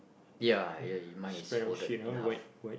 ya ya mine is folded in half